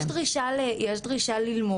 יש דרישה ללמוד,